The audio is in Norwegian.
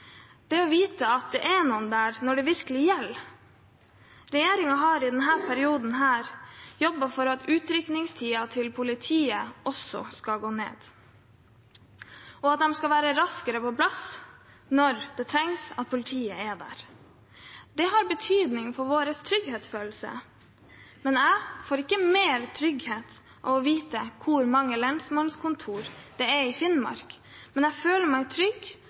det å vite at det er noen der når det virkelig gjelder. Regjeringen har i denne perioden jobbet for at utrykningstiden til politiet skal gå ned, og at politiet skal være raskere på plass når det trengs at de er der. Det har betydning for vår trygghetsfølelse. Jeg får ikke mer trygghet av å vite hvor mange lensmannskontor det er i Finnmark. Men jeg føler meg trygg